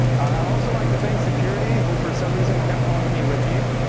i also like to thank security who for some reason kept calling me rajeev.